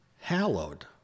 hallowed